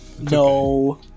no